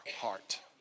heart